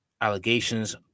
allegations